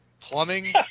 plumbing